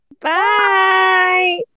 Bye